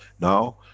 now,